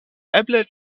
eble